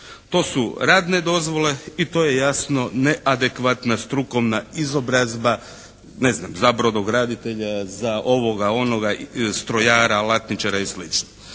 To su radne dozvole i to je jasno neadekvatna strukovna izobrazba, ne znam za brodograditelja, za ovoga, onoga, za strojara, alatničara i